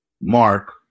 Mark